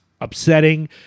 upsetting